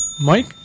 Mike